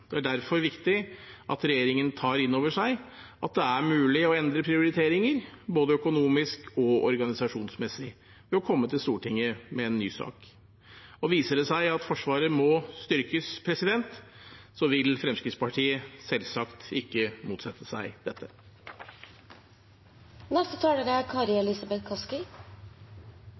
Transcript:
Det er derfor viktig at regjeringen tar inn over seg at det er mulig å endre prioriteringer både økonomisk og organisasjonsmessig, ved å komme til Stortinget med en ny sak. Viser det seg at Forsvaret må styrkes, vil Fremskrittspartiet selvsagt ikke motsette seg